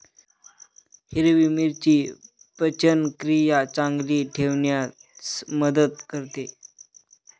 हिरवी मिरची पचनक्रिया चांगली ठेवण्यास मदत करते